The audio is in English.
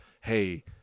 hey